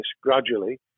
gradually